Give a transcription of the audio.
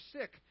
sick